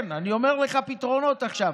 כן, אני אומר לך מה פתרונות עכשיו.